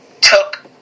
took